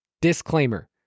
disclaimer